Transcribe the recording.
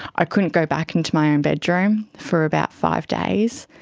i couldn't go back into my own bedroom for about five days.